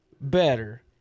better